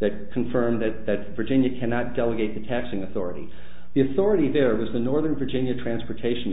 that confirmed that that virginia cannot delegate the taxing authority the authority there was the northern virginia transportation